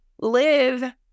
live